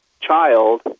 child